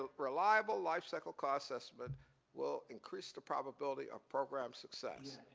ah reliable life cycle cost estimate will increase the probability of program success.